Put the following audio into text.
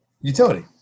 Utility